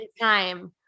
time